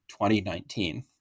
2019